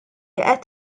qed